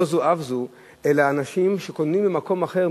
לא זו אף זו, אנשים קונים במקום אחר.